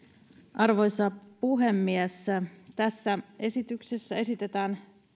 arvoisa puhemies tässä esityksessä esitetään